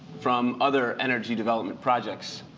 from other energy development projects?